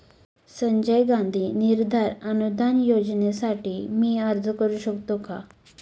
संजय गांधी निराधार अनुदान योजनेसाठी मी अर्ज करू शकतो का?